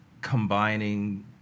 combining